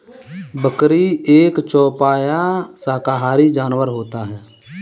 बकरी एक चौपाया शाकाहारी जानवर होता है